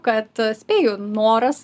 kad spėju noras